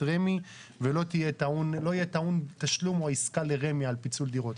רמ"י ולא יהיה טעון תשלום או עיסקה לרמ"י על פיצול דירות.